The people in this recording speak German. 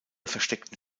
versteckten